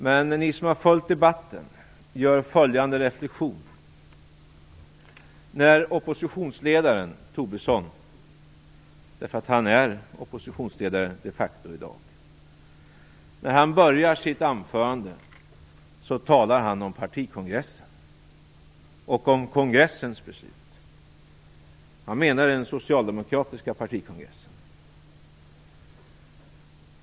Men ni som har följt debatten kan göra följande reflexion: När oppositionsledaren Tobisson - han är de facto oppositionsledare i dag - börjar sitt anförande talar han om partikongressen och om kongressens beslut. Han menar den socialdemokratiska partikongressen.